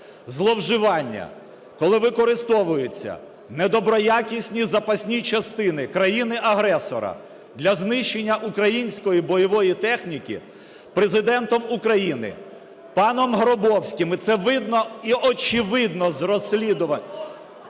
зловживання, коли використовується недоброякісні запасні частини країни-агресора для знищення української бойової техніки Президентом України, паном Гробовським, і це видно і очевидно з розслідування...